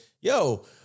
yo